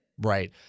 Right